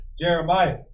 Jeremiah